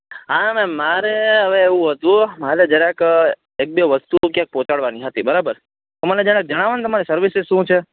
હા મેમ મારે હવે એવું હતું મારે જરાક એકબે વસ્તુ ક્યાંક પહોંચાડવાની હતી બરાબર તો મને જરાક જણાવોને તમારી સર્વિસીસ શું છે